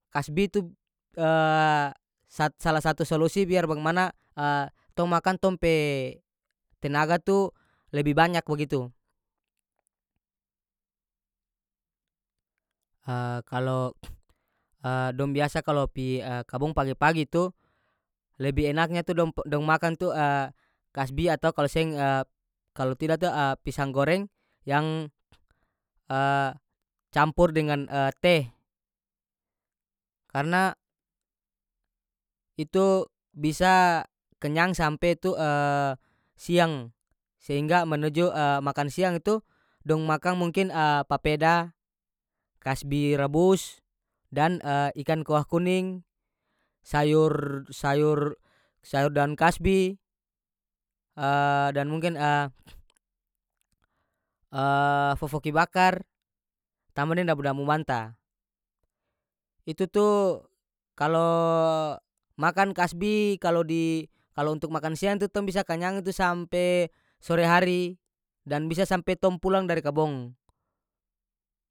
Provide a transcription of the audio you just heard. Kasbi itu sat- salah satu solusi biar bagimana tong makan tong pe tenaga tu lebi banyak bagitu kalo dong biasa kalo pi kobong pagi-pagi itu lebih enaknya tu dong p dong makan tu kasbi atau kalo seng kalo tida to pisang goreng yang campur dengan teh karena itu bisa kenyang sampe tu siang sehingga menuju makan siang itu dong makang mungkin papeda kasbi rabus dan ikan kuah kuning sayor sayor sayur daun kasbi dan mungkin fofoki bakar tamba deng dabu-dabu manta itu tu kalo makan kasbi kalo di kalo untuk makan siang tu tong bisa kanyang itu sampe sore hari dan bisa sampe tong pulang dari kabong.